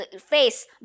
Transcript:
face